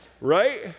Right